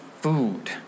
food